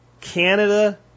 Canada